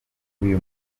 uyu